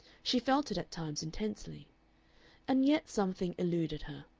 she felt it at times intensely and yet something eluded her.